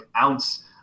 ounce